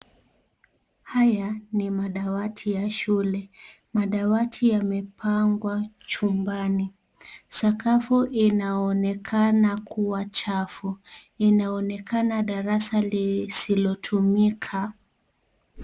Haya ni madawati ya shule. Madawati yamepangwa chumbani. Sakafu inaonekana kuwa chafu. Inaonekana darasa lisilotumika.